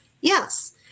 yes